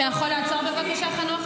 אתה יכול לעצור בבקשה, חנוך?